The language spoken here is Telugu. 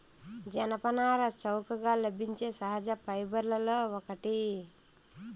జనపనార చౌకగా లభించే సహజ ఫైబర్లలో ఒకటి